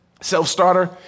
Self-starter